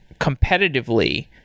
competitively